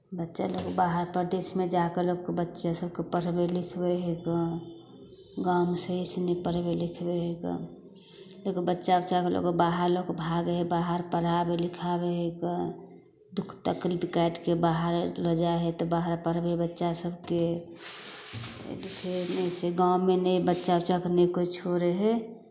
बच्चा लऽ कऽ बाहर परदेशमे जा कऽ लोक बच्चासभकेँ पढ़बै लिखबै हइ कऽ गाँवमे नहि सहीसँ नहि पढ़बै लिखबै हइ कन लोक बच्चा उच्चाकेँ लऽ कऽ बाहर लऽ कऽ भागै हइ बाहर पढ़ाबै लिखाबै हइ कन दुःख तकलीफ काटि कऽ बाहर लऽ जाइ हइ तऽ बाहर पढ़बै हइ बच्चासभकेँ अइसे गाँवमे नहि बच्चा उच्चाकेँ कोइ छोड़ै हइ